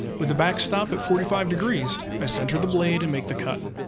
with a backstop at forty five degrees, i center the blade and make the cut.